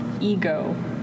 ego